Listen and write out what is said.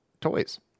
toys